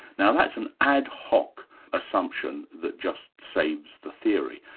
now, that's an ad hoc assumption that just saves the theory.